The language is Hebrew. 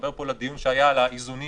העירה